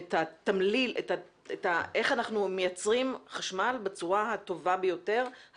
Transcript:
איך אנחנו מייצרים חשמל בצורה הטובה ביותר,